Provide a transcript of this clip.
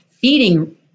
feeding